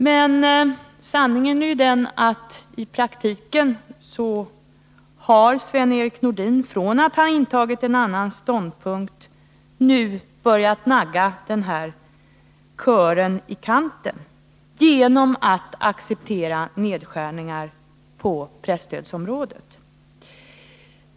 Men sanningen är ju den att i praktiken har Sven-Erik Nordin, från att ha intagit en annan ståndpunkt, nu börjat nagga den här kören i kanten genom att acceptera nedskärningar på presstödsområdet.